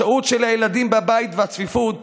השהות של הילדים בבית והצפיפות